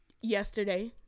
Yesterday